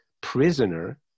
prisoner